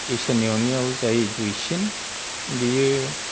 इसोरनि अन्नायाव जाय दुइसिन बियो